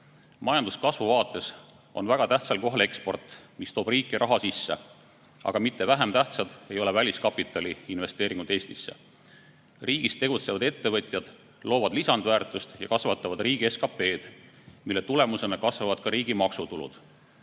Majanduskasvu vaates on väga tähtsal kohal eksport, mis toob riiki raha sisse, aga mitte vähem tähtsad ei ole väliskapitali investeeringud Eestisse. Riigis tegutsevad ettevõtjad loovad lisandväärtust ja kasvatavad riigi SKP‑d, mille tulemusena kasvavad ka riigi maksutulud.